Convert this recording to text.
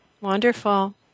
Wonderful